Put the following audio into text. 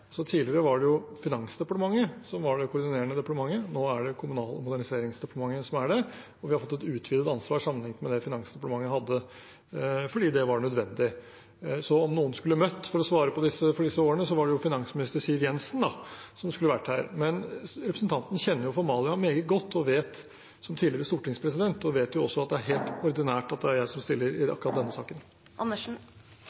Tidligere var det Finansdepartementet som var det koordinerende departementet. Nå er det Kommunal- og moderniseringsdepartementet som er det, og vi har fått et utvidet ansvar sammenlignet med det Finansdepartementet hadde, fordi det var nødvendig. Om noen skulle møtt for å svare for disse årene, var det tidligere finansminister Siv Jensen som skulle vært her. Men representanten kjenner som tidligere stortingspresident formalia veldig godt og vet at det er helt ordinært at det er jeg som stiller i akkurat denne saken. Da kan jeg si at det ikke er helt ordinært